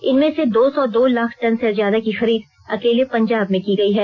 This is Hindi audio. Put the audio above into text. इसमें से दो सौ दो लाख टन से ज्यादा की खरीद अकेले पंजाब में की गई है